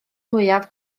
mwyaf